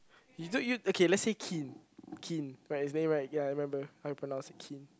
you don't you okay let's say Keane Keane right his name right ya I remember how to pronounce it Keane